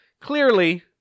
clearly